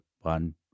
one